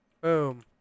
Boom